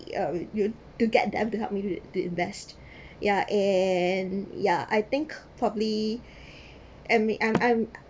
you~ you to get them to help me to to invest ya and ya I think properly and I'm I'm